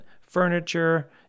furniture